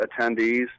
attendees